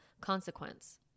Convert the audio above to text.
consequence